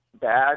bad